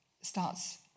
starts